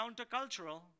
countercultural